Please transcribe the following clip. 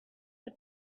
have